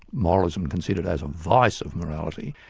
moralism considered as a vice of morality,